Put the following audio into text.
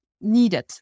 Needed